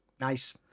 Nice